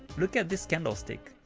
look at this candle stick.